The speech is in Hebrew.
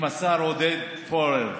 עם השר עודד פורר,